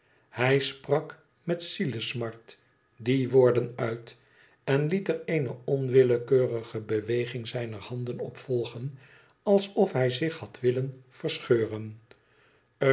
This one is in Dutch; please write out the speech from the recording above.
hij sprak met zielesmart die woorden uit en liet er eene onwillekeurige beweging zijner handen op volgen alsof hij zich had willen verscheuren